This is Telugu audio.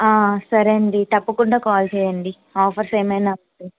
సరే అండి తప్పకుండా కాల్ చేయండి ఆఫర్స్ ఏమైన్న వస్తే